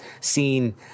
seen